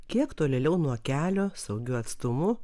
kiek tolėliau nuo kelio saugiu atstumu